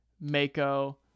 mako